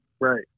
right